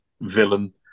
villain